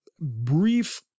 brief